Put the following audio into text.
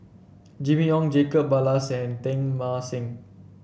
Jimmy Ong Jacob Ballas and Teng Mah Seng